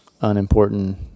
unimportant